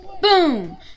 Boom